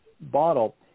bottle